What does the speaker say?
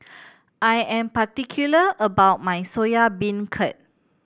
I am particular about my Soya Beancurd